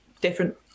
different